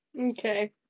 Okay